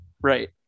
Right